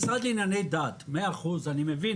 אנחנו מדברים על פרק כ' (ייעול מערך הכשרות) מתוך הצעת חוק התכנית